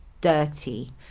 dirty